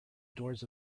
doors